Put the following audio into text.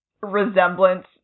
resemblance